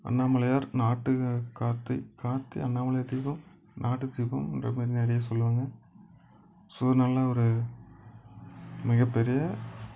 அண்ணாமலையார் நாட்டு கார்த்திகை கார்த்திகை அண்ணாமலை தீபம் நாட்டு தீபம்ன்ற மாரி நிறைய சொல்வாங்க ஸோ நல்ல ஒரு மிகப்பெரிய